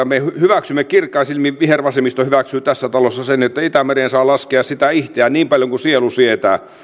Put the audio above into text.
me hyväksymme kirkkain silmin vihervasemmisto hyväksyy tässä talossa sen että itämereen saa laskea sitä ihteään niin paljon kuin sielu sietää